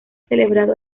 celebrado